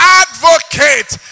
advocate